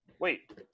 wait